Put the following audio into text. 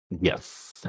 yes